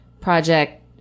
project